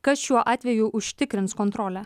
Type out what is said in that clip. kas šiuo atveju užtikrins kontrolę